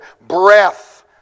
breath